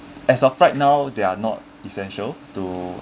as of right now they are not essential to